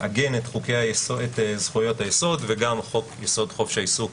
מעגן את זכויות היסוד; וגם חוק-יסוד: חופש העיסוק,